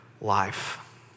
life